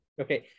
Okay